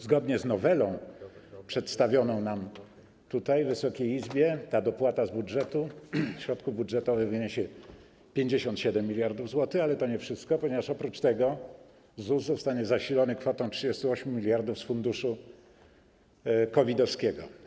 Zgodnie z nowelą przedstawioną Wysokiej Izbie ta dopłata z budżetu - środków budżetowych - wyniesie 57 mld zł, ale to nie wszystko, ponieważ oprócz tego ZUS zostanie zasilony kwotą 38 mld zł z funduszu COVID-owskiego.